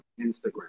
Instagram